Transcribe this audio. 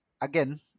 again